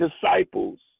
disciples